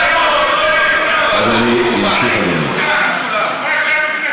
הקואליציה לוקחת אחריות.